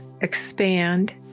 expand